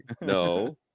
No